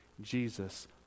Jesus